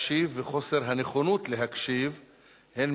אנו מציינים היום את יום ההקשבה הבין-לאומי,